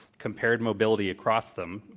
compared mobility across them,